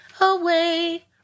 away